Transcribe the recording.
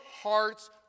heart's